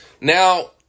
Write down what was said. now